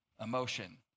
emotion